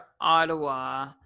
Ottawa